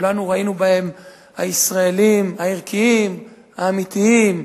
כולנו ראינו בהם את הישראלים הערכיים, האמיתיים,